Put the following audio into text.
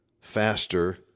faster